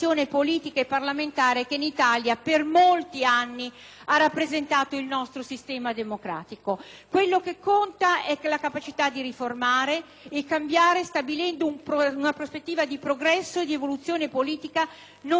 Ciò che conta è la capacità di riformare e cambiare, stabilendo una prospettiva di progresso e di evoluzione politica, non solo nell'ambito nazionale, ma anche e soprattutto europeo. A questo si aggiunge la crisi economica che colpisce